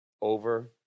over